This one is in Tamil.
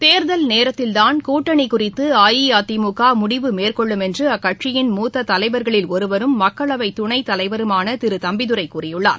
தேர்தல் நேரத்தில் தான் கூட்டணி குறித்து அஇஅதிமுக முடிவு மேற்கொள்ளும் என்று அக்கட்சியின் மூத்த தலைவர்களில் ஒருவரும் மக்களவை துணைத் தலைவருமான திரு தம்பிதுரை கூறியுள்ளார்